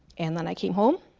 and then i came home